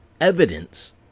evidence